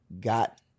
got